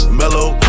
mellow